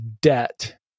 debt